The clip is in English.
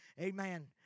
amen